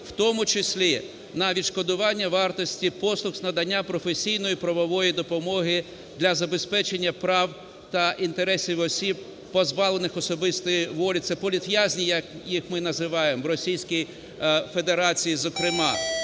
в тому числі на відшкодування вартості послуг з надання професійної правової допомоги для забезпечення прав та інтересів осіб, позбавлених особистої волі. Це політв'язні, як їх ми називаємо, в Російській Федерації зокрема.